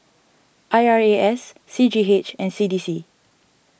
I R A S C G H and C D C